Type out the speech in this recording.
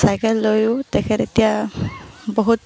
cycle লৈও তেখেত এতিয়া বহুত